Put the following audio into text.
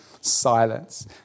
silence